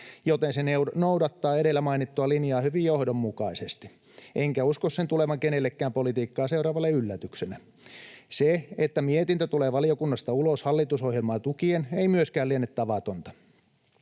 joten se noudattaa edellä mainittua linjaa hyvin johdonmukaisesti, enkä usko sen tulevan kenellekään politiikkaa seuraavalle yllätyksenä. Se, että mietintö tulee valiokunnasta ulos hallitusohjelmaa tukien, ei myöskään liene tavatonta.